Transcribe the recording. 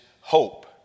hope